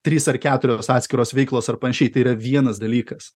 trys ar keturios atskiros veiklos ar panašiai tai yra vienas dalykas